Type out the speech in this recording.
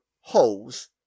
holes